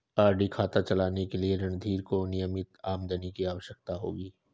RD खाता चलाने के लिए रणधीर को नियमित आमदनी की आवश्यकता होगी